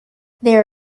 there